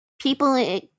people